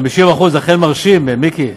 50% זה אכן מרשים, מיקי.